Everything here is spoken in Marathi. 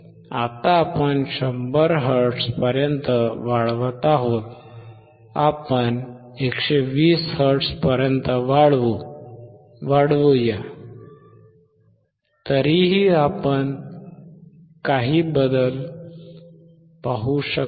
आता आपण 100 हर्ट्झ पर्यंत वाढवत आहोत आपण 120हर्ट्झ पर्यंत वाढवू या तरीही आपण पाहू शकत नाही